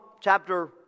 chapter